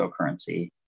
cryptocurrency